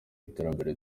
iterambere